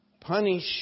punish